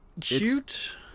cute